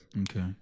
Okay